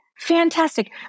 Fantastic